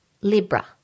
Libra